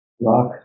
rock